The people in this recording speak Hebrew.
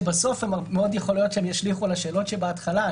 בסוף מאוד יכול להיות שהן ישליכו על השאלות שבהתחלה.